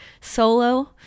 solo